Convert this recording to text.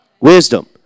Wisdom